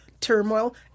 Turmoil